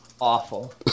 awful